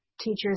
teachers